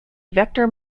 vector